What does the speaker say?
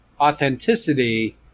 authenticity